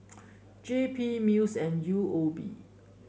JP MUIS and U O B